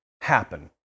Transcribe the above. happen